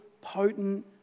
potent